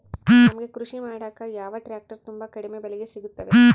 ನಮಗೆ ಕೃಷಿ ಮಾಡಾಕ ಯಾವ ಟ್ರ್ಯಾಕ್ಟರ್ ತುಂಬಾ ಕಡಿಮೆ ಬೆಲೆಗೆ ಸಿಗುತ್ತವೆ?